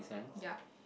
yup